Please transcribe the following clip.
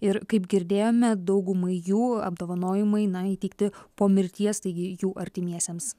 ir kaip girdėjome daugumai jų apdovanojimai na įteikti po mirties taigi jų artimiesiems